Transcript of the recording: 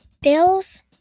Bills